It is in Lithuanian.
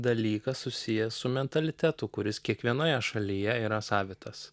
dalykas susijęs su mentalitetu kuris kiekvienoje šalyje yra savitas